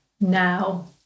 Now